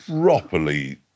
properly